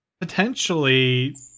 Potentially